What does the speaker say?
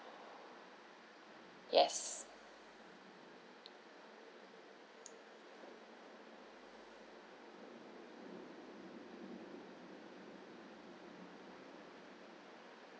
yes